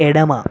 ఎడమ